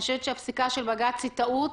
אני חושבת שהפסיקה של בג"צ היא טעות,